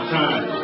time